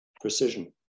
precision